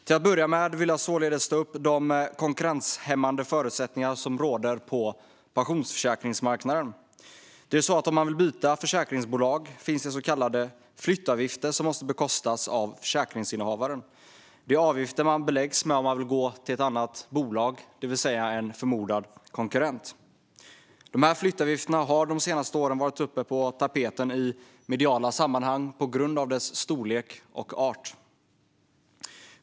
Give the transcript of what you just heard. Till att börja med vill jag således ta upp de konkurrenshämmande förutsättningar som råder på pensionsförsäkringsmarknaden. Om man vill byta försäkringsbolag finns det så kallade flyttavgifter som måste bekostas av försäkringsinnehavaren. Detta är avgifter man beläggs med om man vill gå till ett annat bolag, det vill säga till en förmodad konkurrent. Dessa flyttavgifter har de senaste åren varit på tapeten i mediala sammanhang på grund av sin storlek och art.